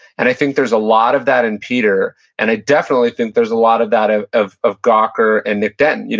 and i think there's a lot of that in peter, and i definitely think there's a lot of that of of gawker and nick denton. yeah